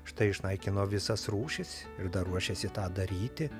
štai išnaikino visas rūšis ir dar ruošiasi tą daryti